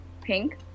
Pink